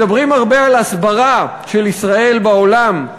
מדברים הרבה על הסברה של ישראל בעולם.